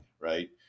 right